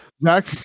Zach